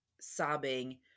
sobbing